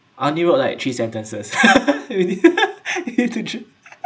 I knew [what] like three sentences really you to cho~